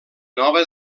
nova